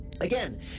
again